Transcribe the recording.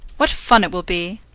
what fun it will be!